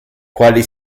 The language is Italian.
quali